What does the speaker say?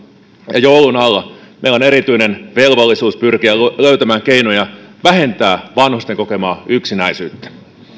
ja joulun alla meillä on erityinen velvollisuus pyrkiä löytämään keinoja vähentää vanhusten kokemaa yksinäisyyttä